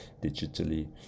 digitally